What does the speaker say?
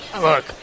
Look